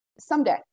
someday